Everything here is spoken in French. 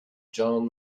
john